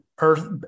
earth